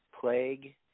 plague